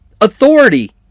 authority